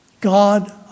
God